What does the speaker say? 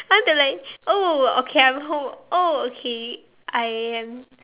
I want to like oh okay I'm home oh okay I am